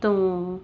ਤੋਂ